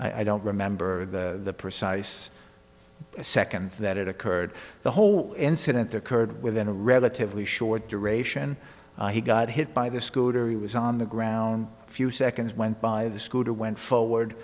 i don't remember the precise a second that it occurred the whole incident occurred within a relatively short duration he got hit by the scooter he was on the ground a few seconds went by the scooter went forward